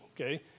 Okay